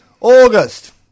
August